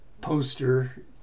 poster